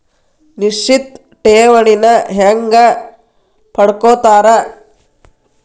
ನಿಶ್ಚಿತ್ ಠೇವಣಿನ ಹೆಂಗ ಪಡ್ಕೋತಾರ